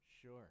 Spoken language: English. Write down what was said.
sure